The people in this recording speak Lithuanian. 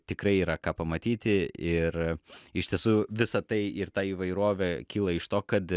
tikrai yra ką pamatyti ir iš tiesų visa tai ir ta įvairovė kyla iš to kad